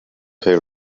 pay